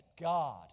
God